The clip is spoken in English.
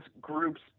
groups